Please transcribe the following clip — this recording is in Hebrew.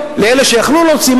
של אלה שהיו יכולים להוציא,